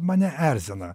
mane erzina